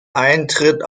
eintritt